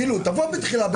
תבוא בתחילת הדיון.